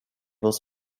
was